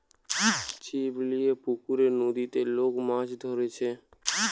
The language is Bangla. ছিপ লিয়ে পুকুরে, নদীতে লোক মাছ ধরছে